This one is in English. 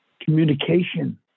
communication